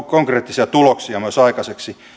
konkreettisia tuloksia myös aikaiseksi